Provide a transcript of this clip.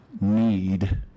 need